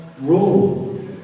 rule